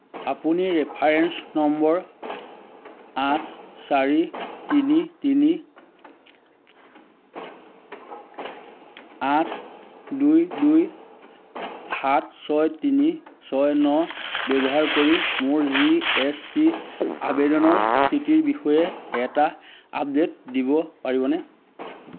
আপুনি reference number আঠ চাৰি তিনি তিনি আঠ দুই দুই সাত ছয় তিনি ছয় ন ব্যৱহাৰ কৰি মোৰ জি এছ টি আবেদনৰ স্থিতিৰ বিষয়ে এটা আপডেট দিব পাৰিবনে